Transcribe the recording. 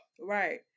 Right